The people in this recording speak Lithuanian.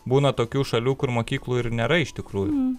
būna tokių šalių kur mokyklų ir nėra iš tikrųjų